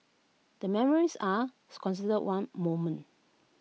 the memories are considered one moment